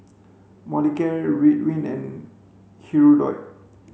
Molicare Ridwind and Hirudoid